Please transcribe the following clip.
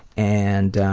and